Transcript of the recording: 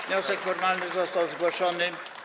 Wniosek formalny został zgłoszony.